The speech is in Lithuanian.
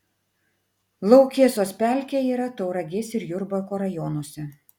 laukesos pelkė yra tauragės ir jurbarko rajonuose